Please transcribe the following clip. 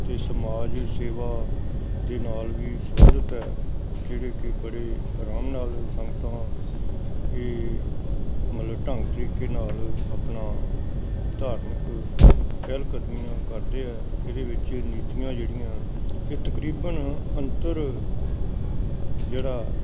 ਅਤੇ ਸਮਾਜ ਸੇਵਾ ਦੇ ਨਾਲ ਵੀ ਸੰਬੰਧਿਤ ਹੈ ਜਿਹੜੇ ਕਿ ਬੜੇ ਆਰਾਮ ਨਾਲ ਸੰਗਤਾਂ ਇਹ ਮਤਲਬ ਢੰਗ ਤਰੀਕੇ ਨਾਲ ਆਪਣਾ ਧਾਰਮਿਕ ਪਹਿਲਕਦਮੀਆਂ ਕਰਦੇ ਹੈ ਇਹਦੇ ਵਿੱਚ ਨੀਤੀਆਂ ਜਿਹੜੀਆਂ ਇਹ ਤਕਰੀਬਨ ਅੰਤਰ ਜਿਹੜਾ